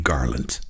Garland